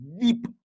deep